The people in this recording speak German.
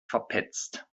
verpetzt